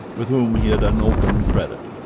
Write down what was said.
with whom he had an open credit.